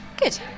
Good